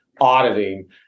auditing